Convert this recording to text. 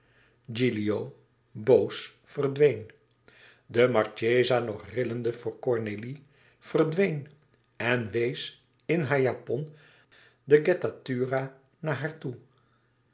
gilio boos verdween de marchesa nog rillende voor cornélie verdween en wees in haar japon de gettatura naar haar toe